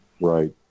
right